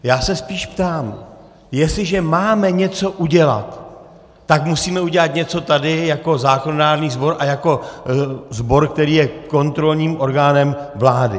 Já se spíš ptám, jestliže máme něco udělat, tak musíme udělat něco tady jako zákonodárný sbor a jako sbor, který je kontrolním orgánem vlády.